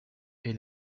est